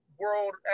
world